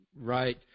right